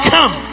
Come